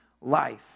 life